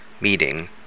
meeting